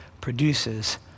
produces